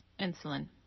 insulin